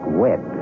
web